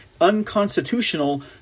unconstitutional